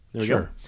Sure